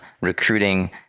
recruiting